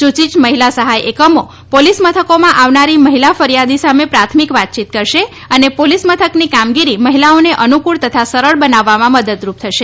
સૂચિત મહિલા સહાય એકમો પોલીસ મથકોમાં આવનારી મહિલા ફરિયાદી સાથે પ્રાથમિક વાતચીત કરશે અને પોલીસ મથકની કામગીરી મહિલાઓને અનુકૂળ તથા સરળ બનાવવામાં મદદરૂપ થશે